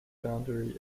boundary